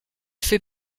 fait